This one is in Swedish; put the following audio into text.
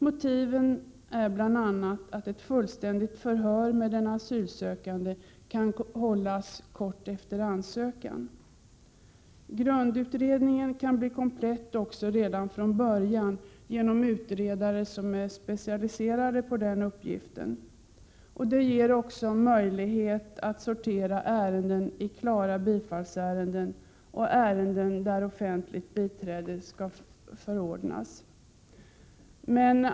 Motiven är bl.a. att ett fullständigt förhör med den asylsökande kan hållas kort efter ansökan. Grundutredningen kan bli komplett redan från början genom att utredarna är specialiserade på den uppgiften. Det ger också möjlighet att sortera ärendena i klara bifallsärenden och ärenden där offentligt biträde skall förordnas.